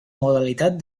modalitat